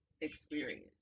experience